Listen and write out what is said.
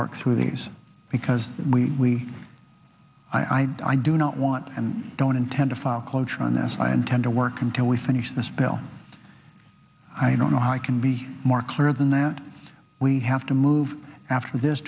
through these because we i i do not want and don't intend to file cloture on this i intend to work until we finish this bill i don't know how i can be more clear than that we have to move after this